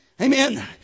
Amen